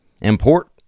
Import